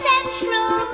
Central